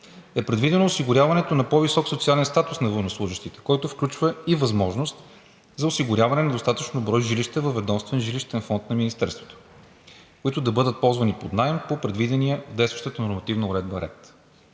е предвидено осигуряването на по-висок социален статус на военнослужещите, който включва и възможност за осигуряване на достатъчен брой жилища във ведомствен жилищен фонд на Министерството, които да бъдат ползвани под наем по предвидения в действащата нормативна уредба ред.